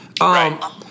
Right